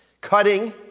Cutting